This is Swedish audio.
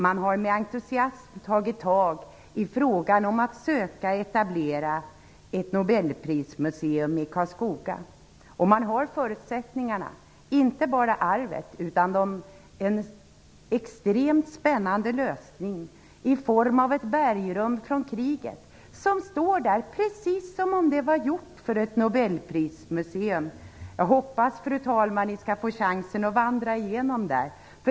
Man har med entusiasm tagit sig an frågan om att söka etablera ett Nobelprismuseum i Karlskoga. Man har förutsättningarna, inte bara arvet utan en extremt spännande lösning i form av ett bergrum från kriget som står där precis som om det var gjort för ett Nobelprismuseum. Jag hoppas, fru talman, att ni skall få chansen att vandra igenom där.